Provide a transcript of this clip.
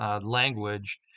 language